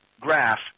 graph